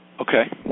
Okay